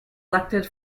elected